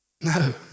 No